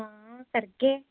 हां करगे